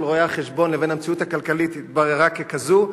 רואי-החשבון לבין המציאות הכלכלית התבררו ככאלה,